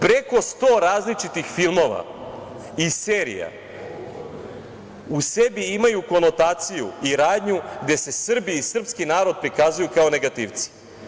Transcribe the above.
Preko 100 različitih filmova i serija u sebi imaju konotaciju i radnju gde se Srbi i srpski narod prikazuju kao negativci.